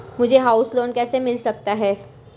मुझे house loan कैसे मिल सकता है?